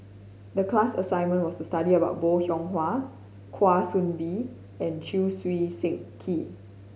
the class assignment was to study about Bong Hiong Hwa Kwa Soon Bee and Chew Swee Kee